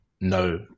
no